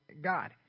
God